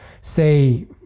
say